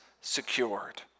secured